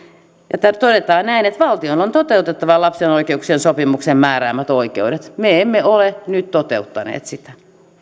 ja todetaan että valtion on toteutettava lapsen oikeuksien sopimuksen määräämät oikeudet me emme ole nyt toteuttaneet sitä